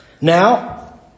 Now